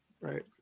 right